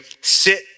sit